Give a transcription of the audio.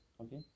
okay